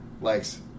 likes